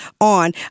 on